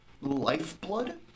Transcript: lifeblood